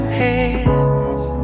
hands